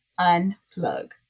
unplug